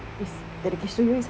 is location with